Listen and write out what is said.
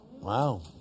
wow